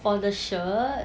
for the shirt